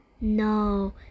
no